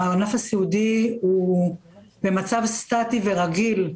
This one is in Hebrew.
ענף הסיעוד הוא במצב סטטי ורגיל,